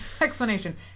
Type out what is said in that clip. explanation